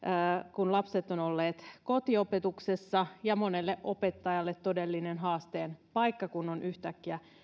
kun lapset ovat olleet kotiopetuksessa ja monelle opettajalle todellinen haasteen paikka kun on yhtäkkiä